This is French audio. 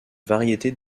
variété